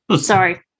Sorry